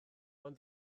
ond